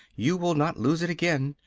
you will not lose it again!